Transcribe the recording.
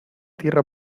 tierra